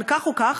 אבל כך או כך,